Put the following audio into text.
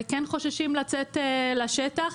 כן חוששים לצאת לשטח,